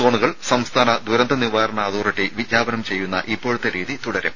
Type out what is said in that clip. സോണുകൾ സംസ്ഥാന ദുരന്ത നിവാരണ അതോറിറ്റി വിജ്ഞാപനം ചെയ്യുന്ന ഇപ്പോഴത്തെ രീതി തുടരും